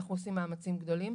אנחנו עושים מאמצים גדולים.